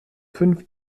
fünf